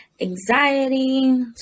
anxiety